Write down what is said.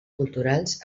culturals